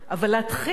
אבל להתחיל,